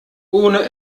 ohne